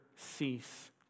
Cease